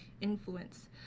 Influence